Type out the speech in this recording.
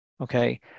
okay